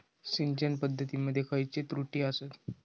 सिंचन पद्धती मध्ये खयचे त्रुटी आसत?